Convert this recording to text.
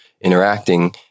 interacting